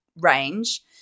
range